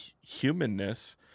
humanness